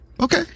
Okay